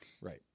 Right